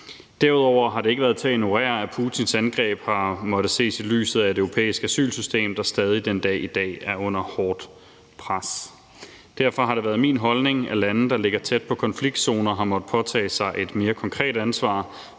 Derudover har det ikke været til at ignorere, at Putins angreb har måttet ses i lyset af et europæisk asylsystem, der stadig den dag i dag er under hårdt pres. Derfor har det været min holdning, at lande, der ligger tæt på konfliktzoner, har måttet påtage sig et mere konkret ansvar